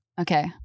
okay